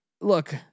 Look